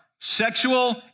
sexual